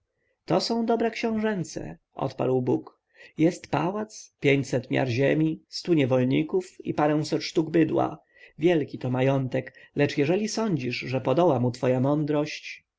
to są dobra książęce odparł bóg jest pałac pięćset miar ziemi stu niewolników i paręset sztuk bydła wielki to majątek lecz jeżeli sądzisz że podoła mu twoja mądrość